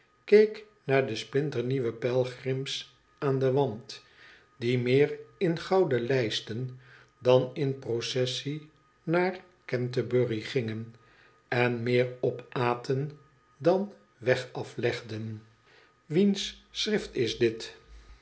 keek naar de sphntemieuwe pelgrims aan den wand die meer in gouden lijsten dan m processie naar canterbury gingen en meer opaten dan weg aflegden wiens schrift is dit